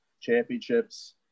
championships